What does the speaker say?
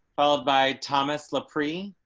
ah by thomas slippery.